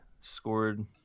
scored